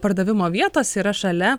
pardavimo vietos yra šalia